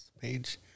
page